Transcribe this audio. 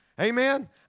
Amen